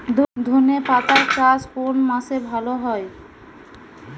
ধনেপাতার চাষ কোন মাসে ভালো হয়?